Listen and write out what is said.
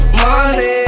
money